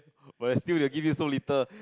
but still they give you so little